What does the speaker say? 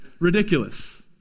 Ridiculous